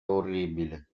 orribile